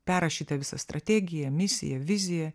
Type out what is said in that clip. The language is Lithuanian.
perrašyta visa strategija misija vizija